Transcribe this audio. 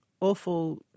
awful